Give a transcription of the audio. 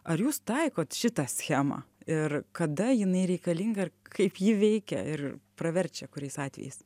ar jūs taikot šitą schemą ir kada jinai reikalinga ir kaip ji veikia ir praverčia kuriais atvejais